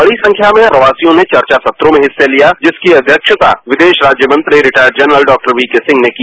बड़ी संख्या में प्रवासियों ने चर्चा पत्रों में हिस्सा लिया जिसकी अध्यक्षता विदेश राज्यमंत्री रिटायर्ड जनरल डॉ वी के सिंह ने की